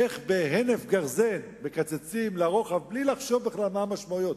איך בהינף גרזן מקצצים לרוחב בלי לחשוב בכלל מה המשמעויות,